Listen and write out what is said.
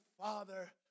Father